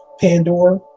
Pandora